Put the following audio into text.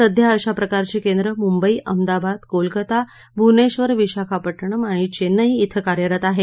सध्या अशा प्रकारची केंद्र मुंबई अहमदाबाद कोलकाता भुवनेश्वर विशाखापट्टणम आणि चेन्नई इथं कार्यरत आहेत